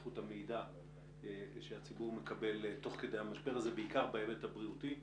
איכות המידע שהציבור מקבל תוך כדי המשבר הזה בעיקר בהיבט הבריאותי,